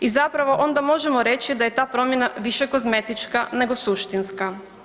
I zapravo onda možemo reći da je ta promjena više kozmetička nego suštinska.